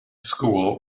school